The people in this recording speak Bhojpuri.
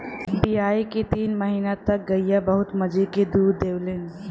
बियाये के तीन महीना तक गइया बहुत मजे के दूध देवलीन